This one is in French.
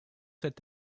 cet